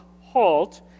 halt